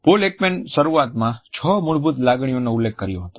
pole Ekman શરૂઆતમાં છ મૂળભૂત લાગણીઓનો ઉલ્લેખ કર્યો હતો